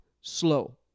slow